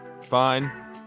Fine